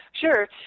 Sure